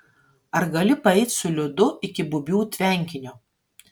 ar gali paeit su liudu iki bubių tvenkinio